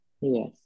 Yes